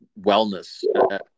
wellness